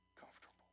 comfortable